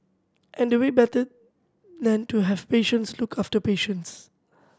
and we better than to have patients look after the patients